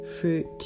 fruit